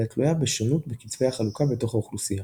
אלא תלויה בשונות בקצבי החלוקה בתוך האוכלוסייה.